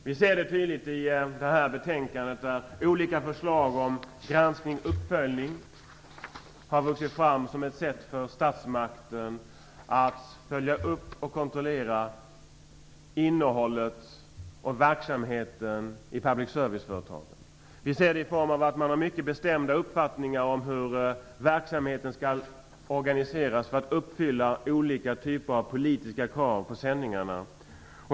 Vi ser det tydligt i det här betänkandet, där olika förslag om granskning och uppföljning har vuxit fram som ett sätt för statsmakten att följa upp och kontrollera innehåll och verksamhet i public service-företagen. Vi ser det i form av att man har mycket bestämda uppfattningar om hur verksamheten skall organiseras för att uppfylla olika typer av politiska krav på sändningarna.